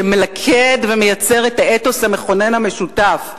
שמלכד ומייצר את האתוס המכונן המשותף.